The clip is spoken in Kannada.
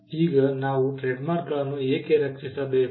ಈಗ ನಾವು ಟ್ರೇಡ್ಮಾರ್ಕ್ಗಳನ್ನು ಏಕೆ ರಕ್ಷಿಸಬೇಕು